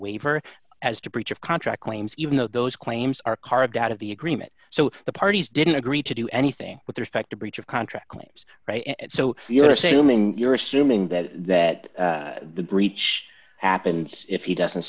waiver as to breach of contract claims even though those claims are carved out of the agreement so the parties didn't agree to do anything with respect to breach of contract claims so you're assuming you're assuming that that the breach happens if he doesn't